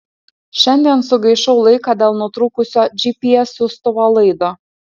šiandien sugaišau laiką dėl nutrūkusio gps siųstuvo laido